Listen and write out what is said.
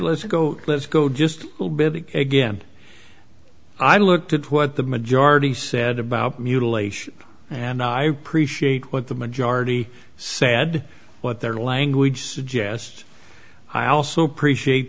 let's go let's go just again i looked at what the majority said about mutilation and i appreciate what the majority said what their language suggests i also appre